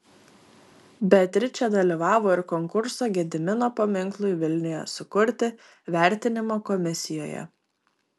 beatričė dalyvavo ir konkurso gedimino paminklui vilniuje sukurti vertinimo komisijoje